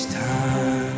time